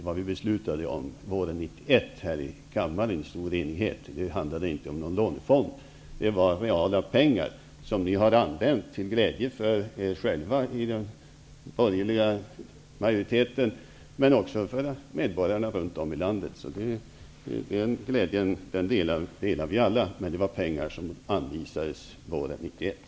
Vad vi i kammaren i stor enighet beslutade om våren 1991 handlade inte om någon lånefond, utan det gällde reala pengar som ni har använt till glädje för er själva i den borgerliga majoriteten men också för medborgarna runt om i landet. Den glädjen delar vi alla, men det var pengar som anvisades våren 1991.